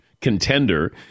contender